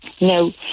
No